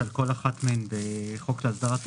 שכל אחת מהן בחוק להסדרת הביטחון,